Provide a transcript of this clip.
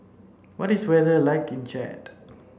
what is the weather like in Chad